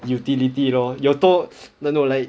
utility you know 有多 err no like